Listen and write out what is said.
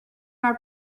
our